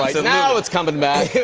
like now it's coming back.